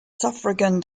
suffragan